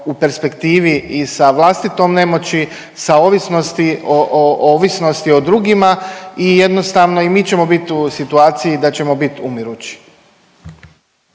u perspektivi i sa vlastitom nemoći, sa ovisnosti o drugima i jednostavno i mi ćemo biti u situaciji da ćemo biti umirući.